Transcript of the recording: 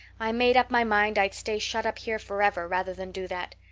i made up my mind i'd stay shut up here forever rather than do that.